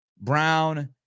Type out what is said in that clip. Brown